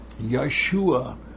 Yeshua